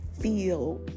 feel